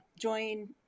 join